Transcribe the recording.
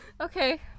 Okay